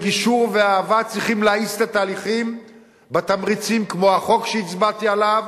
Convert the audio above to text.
גישור ואהבה צריכים להאיץ את התהליכים בתמריצים כמו החוק שהצבעתי עליו,